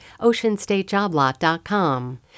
OceanStateJobLot.com